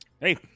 hey